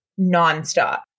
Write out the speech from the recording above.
nonstop